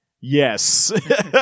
Yes